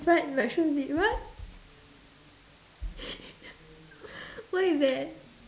fried mushrooms with what what is that